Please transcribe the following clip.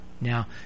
Now